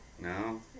No